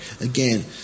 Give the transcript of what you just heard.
again